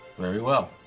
very well.